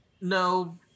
no